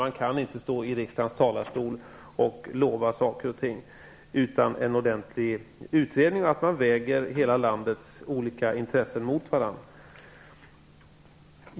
Man kan inte stå i riksdagens talarstol och lova saker och ting utan en ordentlig utredning bakom, där hela landets olika intressen vägs mot varandra.